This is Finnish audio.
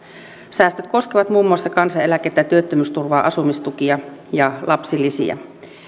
säästöt koskevat muun muassa kansaneläkettä työttömyysturvaa asumistukia ja lapsilisiä